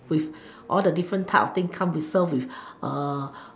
with all the different type of thing come to serve with